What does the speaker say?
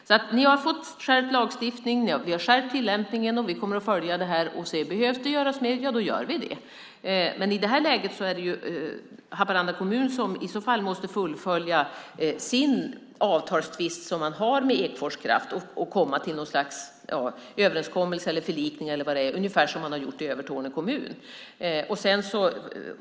Vi har alltså fått en skärpt lagstiftning, vi har skärpt tillämpningen, och vi kommer att följa det här och se. Behöver det göras mer, då gör vi det, men i det här läget är det Haparanda kommun som måste fullfölja avtalstvisten med Ekfors Kraft och komma till något slags överenskommelse eller förlikning, ungefär som man har gjort i Övertorneå kommun.